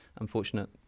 unfortunate